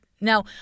Now